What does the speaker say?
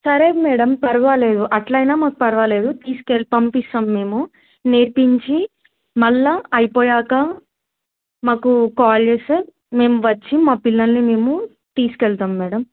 సరే మేడం పర్వాలేదు అట్లయినా మాకు పర్వాలేదు తీసుకెళ్ పంపిస్తాం మేము నేర్పించి మళ్ళీ అయిపోయాక మాకు కాల్ చేస్తే మేము వచ్చి మా పిల్లల్ని మేము తీసుకెళ్తాం మేడం